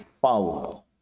follow